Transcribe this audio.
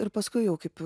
ir paskui jau kaip